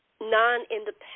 non-independent